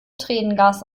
tränengas